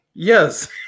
Yes